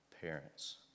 parents